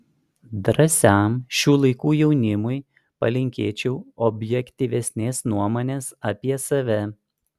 drąsiam šių laikų jaunimui palinkėčiau objektyvesnės nuomonės apie save